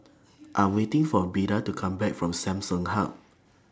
I Am waiting For Beda to Come Back from Samsung Hub